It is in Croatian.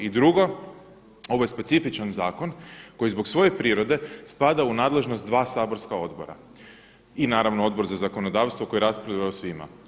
I drugo, ovo je specifičan zakon koji zbog svoje prirode spada u nadležnost dva saborska odbora i naravno Odbor za zakonodavstvo koje raspravlja o svima.